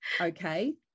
okay